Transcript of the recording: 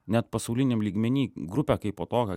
net pasauliniam lygmeny grupę kaipo tokią